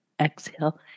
Exhale